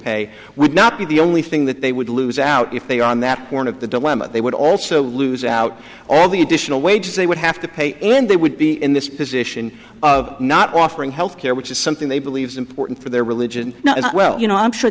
pay would not be the only thing that they would lose out if they are in that corner of the dilemma they would also lose out all the additional wages they would have to pay and they would be in this position of not offering health care which is something they believes important for their religion not as well you know i'm sure